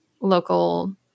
local